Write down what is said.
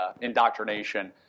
indoctrination